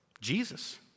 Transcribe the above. Jesus